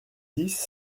dix